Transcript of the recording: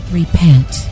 repent